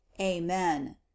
Amen